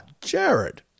Jared